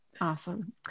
Awesome